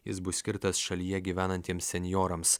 jis bus skirtas šalyje gyvenantiems senjorams